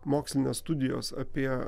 mokslinės studijos apie